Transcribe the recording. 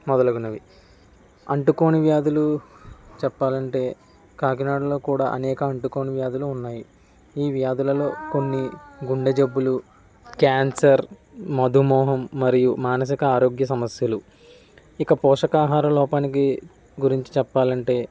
మొదలగునవి అంటుకోని వ్యాధులు చెప్పాలంటే కాకినాడలో కూడా అనేక అంటుకోని వ్యాధులు ఉన్నాయి ఈ వ్యాధులలో కొన్ని గుండె జబ్బులు క్యాన్సర్ మధుమేహం మరియు మానసిక ఆరోగ్య సమస్యలు ఇక పోషకాహార లోపానికి గురించి చెప్పాలంటే